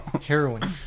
heroin